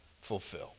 fulfill